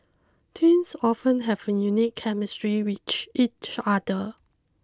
twins often have a unique chemistry with each other